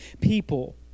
people